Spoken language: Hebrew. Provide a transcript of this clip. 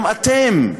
גם אתם,